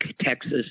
Texas